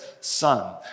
son